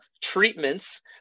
treatments